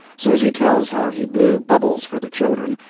susy tells how he blew bubbles for the children,